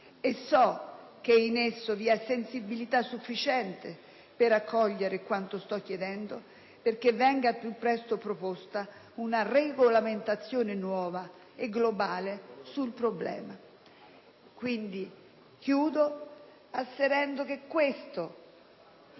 e so che in esso vi è sensibilità sufficiente per accogliere quanto sto chiedendo, perché venga al più presto proposta una regolamentazione nuova e globale in tale ambito. Concludo sottolineando che a questo